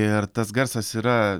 ir tas garsas yra